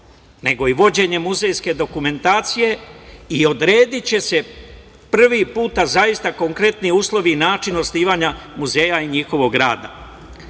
nego i vođenje muzejske dokumentacije i odrediće se prvi put zaista konkretni uslovi i načini osnivanja muzeja i njihovog rada.